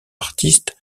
artistes